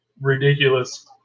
ridiculous